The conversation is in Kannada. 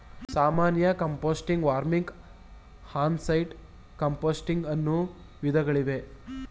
ಸಾಮಾನ್ಯ ಕಾಂಪೋಸ್ಟಿಂಗ್, ವರ್ಮಿಕ್, ಆನ್ ಸೈಟ್ ಕಾಂಪೋಸ್ಟಿಂಗ್ ಅನ್ನೂ ವಿಧಗಳಿವೆ